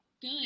Good